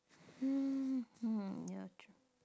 mm hmm ya true